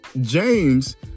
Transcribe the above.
James